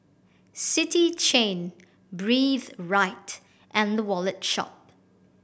City Chain Breathe Right and The Wallet Shop